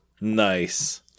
Nice